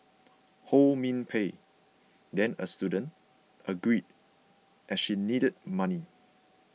Ho Min Pei then a student agreed as she needed money